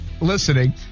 listening